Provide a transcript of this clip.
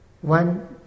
one